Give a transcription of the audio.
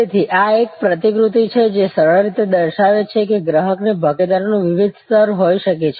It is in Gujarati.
તેથી આ એક પ્રતિકૃતિ છે જે સરળ રીતે દર્શાવે છે કે ગ્રાહકની ભાગીદારીનું વિવિધ સ્તર હોઈ શકે છે